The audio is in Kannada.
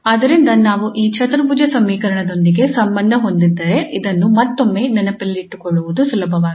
ಆದ್ದರಿಂದ ನಾವು ಈ ಚತುರ್ಭುಜ ಸಮೀಕರಣದೊಂದಿಗೆ ಸಂಬಂಧ ಹೊಂದಿದ್ದರೆ ಇದನ್ನು ಮತ್ತೊಮ್ಮೆ ನೆನಪಿಟ್ಟುಕೊಳ್ಳುವುದು ಸುಲಭವಾಗಿದೆ